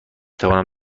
توانم